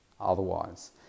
otherwise